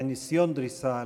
היה ניסיון דריסה.